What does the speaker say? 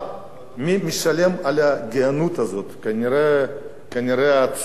מי משלם על הגאונות הזאת, כנראה הציבור.